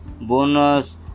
bonus